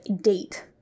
date